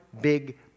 big